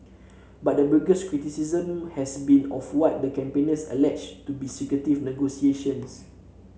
but the biggest criticism has been of what the campaigners allege to be secretive negotiations